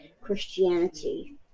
Christianity